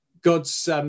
God's